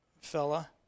fella